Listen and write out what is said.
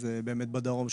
בדרום,